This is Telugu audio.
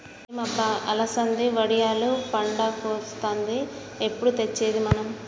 ఏం అబ్బ అలసంది వడియాలు పండగొస్తాంది ఎప్పుడు తెచ్చేది మనం